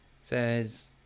says